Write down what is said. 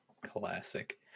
Classic